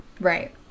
Right